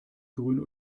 grün